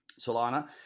Solana